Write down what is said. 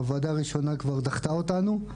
הוועדה הראשונה כבר דחתה אותנו.